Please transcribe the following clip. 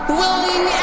willing